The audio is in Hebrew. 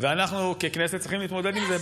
ואנחנו ככנסת צריכים להתמודד עם זה.